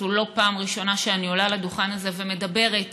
זו לא פעם ראשונה שאני עולה לדוכן הזה ומדבר על